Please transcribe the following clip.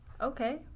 Okay